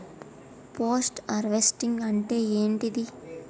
Post harvesting అంటే ఏంటిది?